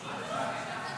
חוק ומשפט נתקבלה.